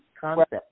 concept